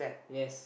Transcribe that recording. yes